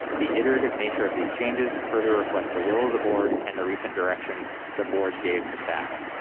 the iterative nature of these changes further reflects the will of the board and the recent direction the board gave to staff.